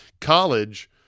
College